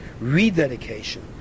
Rededication